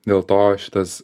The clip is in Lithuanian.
dėl to šitas